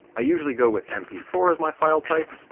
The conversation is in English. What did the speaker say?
i usually go with m p four as my file type,